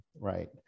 right